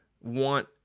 want